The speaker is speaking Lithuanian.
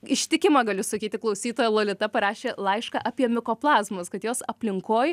ištikima galiu sakyti klausytoja lolita parašė laišką apie mikoplazmas kad jos aplinkoj